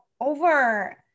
over